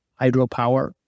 hydropower